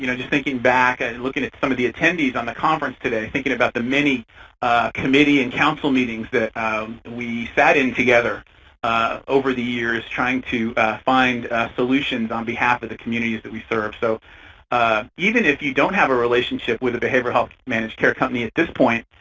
you know just thinking back and looking at some of the attendees on the conference today, thinking about the many committee and council meetings that we sat in together over the years trying to find solutions on behalf of the communities that we serve. so even if you don't have a relationship with a behavioral health managed care company at this point,